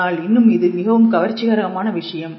ஆனால் இன்னும் இது மிகவும் கவர்ச்சிகரமான விஷயம்